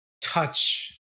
touch